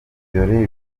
dore